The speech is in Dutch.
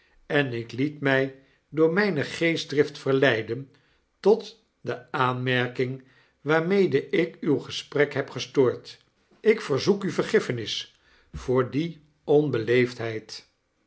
en ik liet my door mpe geestdrift verleiden tot de aanmerking waarmede ik uw gesprek heb gestoord ik verzoek uvergiffenis voor die onbeleefdheid